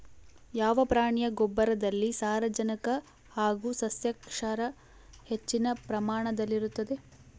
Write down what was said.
ಯಾವ ಪ್ರಾಣಿಯ ಗೊಬ್ಬರದಲ್ಲಿ ಸಾರಜನಕ ಹಾಗೂ ಸಸ್ಯಕ್ಷಾರ ಹೆಚ್ಚಿನ ಪ್ರಮಾಣದಲ್ಲಿರುತ್ತದೆ?